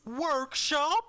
Workshop